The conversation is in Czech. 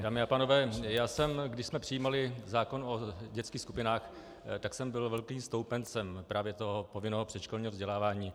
Dámy a pánové, když jsme přijímali zákon o dětských skupinách, tak jsem byl velkým stoupencem právě povinného předškolního vzdělávání.